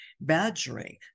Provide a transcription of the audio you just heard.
badgering